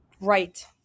Right